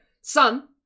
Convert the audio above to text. son